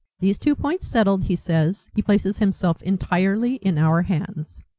these two points settled, he says, he places himself entirely in our hands.